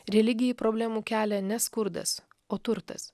religijai problemų kelia ne skurdas o turtas